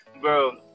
bro